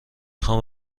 خواهم